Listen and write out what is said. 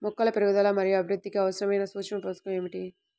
మొక్కల పెరుగుదల మరియు అభివృద్ధికి అవసరమైన సూక్ష్మ పోషకం ఏమిటి?